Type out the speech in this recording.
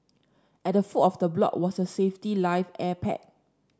at the foot of the block was a safety life air pack